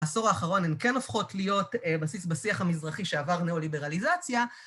בעשור האחרון הן כן הופכות להיות בסיס בשיח המזרחי שעבר נאו-ליברליזציה.